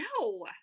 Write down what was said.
No